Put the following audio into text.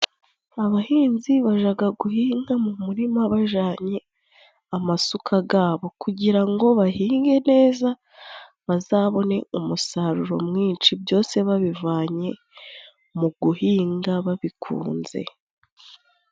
Abahinzi bajaga guhinga mu umurima bajanye amasuka gabo kugira ngo bahinge neza, bazabone umusaruro mwinshi, byose babivanye mu guhinga babikunze.